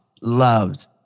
loved